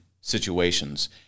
situations